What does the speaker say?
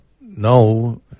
no